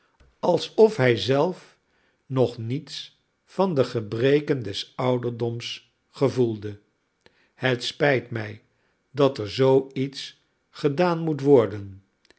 alsof hij zelf nog niets van de gebreken des ouderdoms gevoelde het spijt mij dat er zoo iets gedaan moet worden